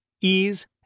ease